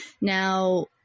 Now